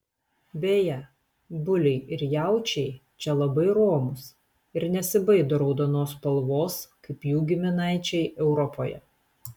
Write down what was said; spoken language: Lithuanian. beje buliai ir jaučiai čia labai romūs ir nesibaido raudonos spalvos kaip jų giminaičiai europoje